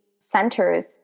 centers